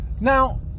Now